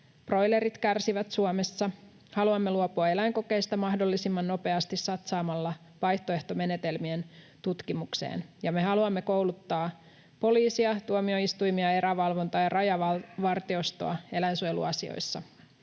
broilerit kärsivät Suomessa. Haluamme luopua eläinkokeista mahdollisimman nopeasti satsaamalla vaihtoehtomenetelmien tutkimukseen, ja me haluamme lisäkouluttaa poliisia, tuomioistuimia, erävalvontaa ja rajavartiostoa eläinsuojeluasioissa.